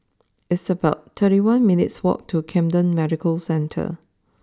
it's about thirty one minutes' walk to Camden Medical Centre